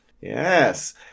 Yes